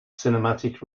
cinematic